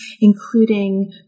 including